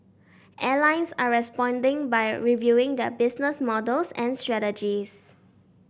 airlines are responding by reviewing their business models and strategies